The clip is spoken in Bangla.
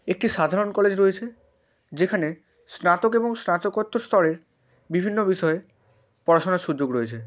একটি সাধারণ কলেজ রয়েছে যেখানে স্নাতক এবং স্নাতকোত্তর স্তরের বিভিন্ন বিষয়ে পড়াশোনার সুযোগ রয়েছে